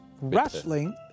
wrestling